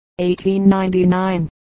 1899